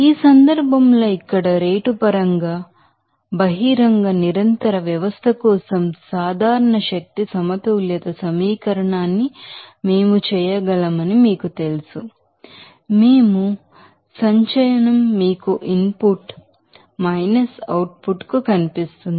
ఈ సందర్భంలో ఇక్కడ రేటు పరంగా బహిరంగ నిరంతర వ్యవస్థ కోసం సాధారణ శక్తి సమతుల్యత సమీకరణాన్ని మేము చేయగలమని మీకు తెలుసు మీకు ఇన్ పుట్ అవుట్ పుట్ కు కనిపిస్తుంది